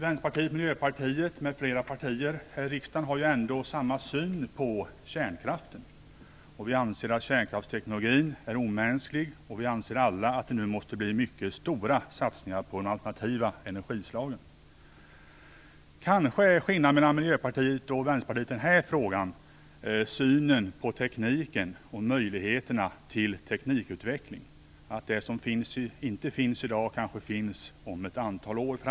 Vänsterpartiet, Miljöpartiet och andra partier här i riksdagen har ju samma syn på kärnkraften. Vi anser att kärnkraftsteknologin är omänsklig. Alla anser vi att det nu måste till mycket stora satsningar på alternativa energislag. Kanske ligger skillnaden mellan Miljöpartiet och Vänsterpartiet i den här frågan just i synen på tekniken och möjligheterna till teknikutveckling - det som inte finns i dag finns kanske om ett antal år.